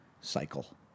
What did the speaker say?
cycle